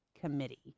committee